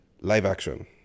Live-action